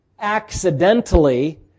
accidentally